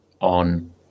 on